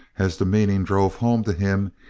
as the meaning drove home to him,